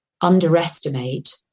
underestimate